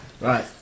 Right